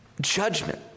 judgment